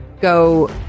go